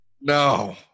no